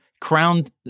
crowned